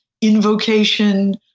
invocation